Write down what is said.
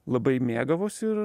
labai mėgavosi ir